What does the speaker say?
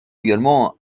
également